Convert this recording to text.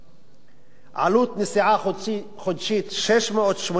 עלות נסיעה חודשית, 682 שקלים,